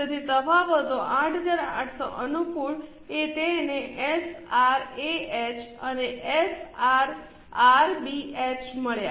તેથી તફાવતો 8800 અનુકૂળ એ તેને એસઆરએએચ સાથે એસઆરઆરબીએચ મળ્યાં